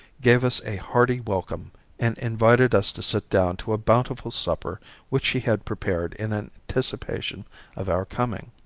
gave us a hearty welcome and invited us to sit down to a bountiful supper which he had prepared in anticipation of our coming.